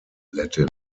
latin